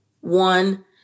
one